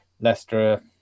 Leicester